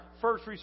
first